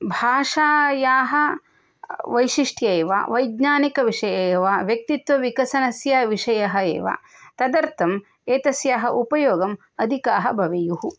भाषायाः वैशिष्ट्य एव वैज्ञानिकविषये एव व्यक्तित्वविकासनस्य विषयः एव तदर्थं एतस्य उपयोगं अधिकाः भवेयुः